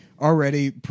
already